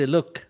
Look